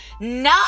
no